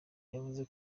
yavuze